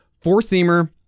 four-seamer